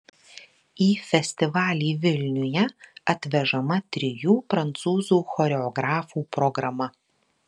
į festivalį vilniuje atvežama trijų prancūzų choreografų programa